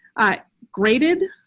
i graded.